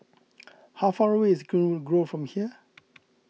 how far away is Greenwood Grove from here